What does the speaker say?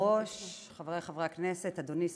הוועדה המוסמכת לדון בהצעת חוק זו על-פי תקנון הכנסת היא ועדת